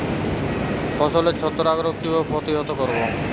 ফসলের ছত্রাক রোগ কিভাবে প্রতিহত করব?